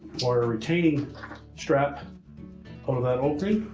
wire retaining strap out of that opening.